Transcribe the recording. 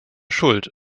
schuld